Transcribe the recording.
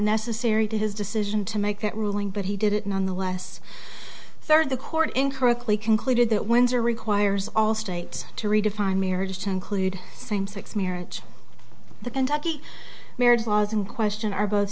necessary to his decision to make that ruling but he did it nonetheless third the court incorrectly concluded that wins or requires all state to redefine marriage to include same sex marriage the kentucky marriage laws in question are both